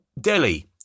Delhi